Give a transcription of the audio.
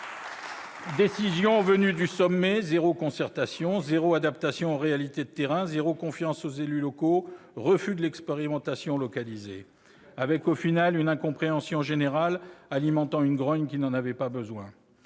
décision est venue du sommet : zéro concertation, zéro adaptation aux réalités de terrain, zéro confiance aux élus locaux et refus de l'expérimentation localisée. Avec, au final, une incompréhension générale, alimentant une grogne qui n'en avait pas besoin.